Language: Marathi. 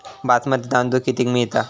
बासमती तांदूळ कितीक मिळता?